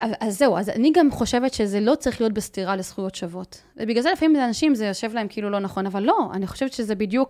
אז זהו, אז אני גם חושבת שזה לא צריך להיות בסתירה לזכויות שוות. ובגלל זה לפעמים לאנשים זה יושב להם כאילו לא נכון, אבל לא, אני חושבת שזה בדיוק.